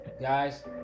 Guys